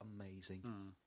amazing